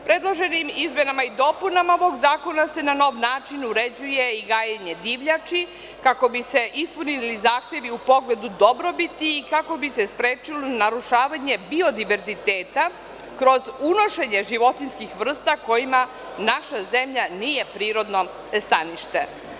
Predloženim izmenama i dopunama ovog zakona se na nov način uređuje i gajenje divljači, kako bi se ispunili zahtevi u pogledu dobrobiti i kako bi se sprečilo narušavanje biodiverziteta kroz unošenje životinjskih vrsta kojima naša zemlja nije prirodno stanište.